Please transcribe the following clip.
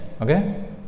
Okay